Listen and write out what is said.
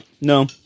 No